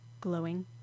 glowing